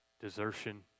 desertion